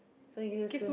so